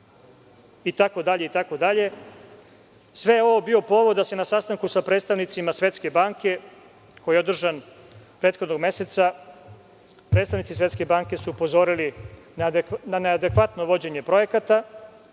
se kada će biti završeno. Sve je ovo bio povod da na sastanku sa predstavnicima Svetske banke, koji je održan prethodnog meseca, predstavnici Svetske banke upozore na neadekvatno vođenje projekata,